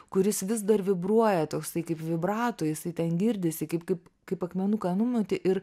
kuris vis dar vibruoja toksai kaip vibrato jisai ten girdisi kaip kaip kaip akmenuką numeti ir